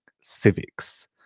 civics